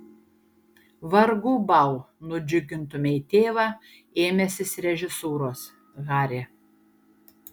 vargu bau nudžiugintumei tėvą ėmęsis režisūros hari